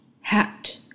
hat